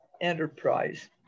enterprise